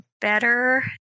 better